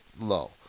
low